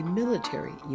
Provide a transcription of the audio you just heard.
military